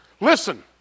Listen